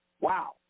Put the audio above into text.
Wow